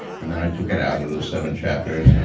and then i took it out of those seven chapters.